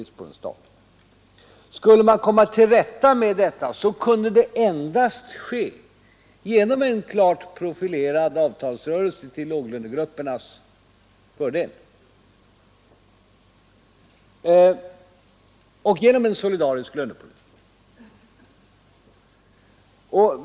Skulle man komma till rätta med detta kunde det endast ske genom en klart profilerad avtalsrörelse till låglönegruppernas fördel och genom en solidarisk lönepolitik.